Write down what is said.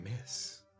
miss